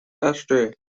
history